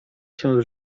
się